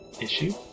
issue